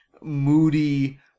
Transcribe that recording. moody